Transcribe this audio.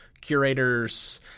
curators